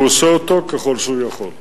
והוא עושה אותו ככל שהוא יכול.